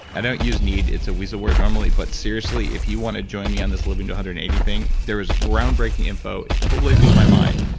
i don't use need, it's a weasel word normally, but seriously, if you want to join me on this living to one hundred and eighty thing, there is groundbreaking info, it totally blew my mind.